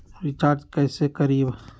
Recharge कैसे करीब?